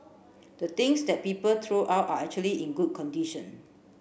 the things that people throw out are actually in good condition